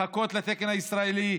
לחכות לתקן הישראלי,